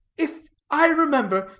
if i remember,